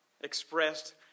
expressed